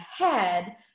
ahead